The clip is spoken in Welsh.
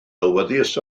awyddus